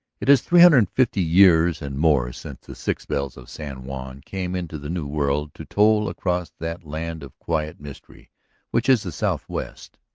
it is three hundred and fifty years and more since the six bells of san juan came into the new world to toll across that land of quiet mystery which is the southwest.